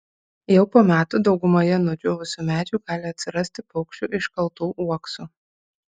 jau po metų daugumoje nudžiūvusių medžių gali atsirasti paukščių iškaltų uoksų